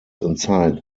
inside